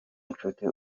inshuti